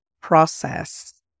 process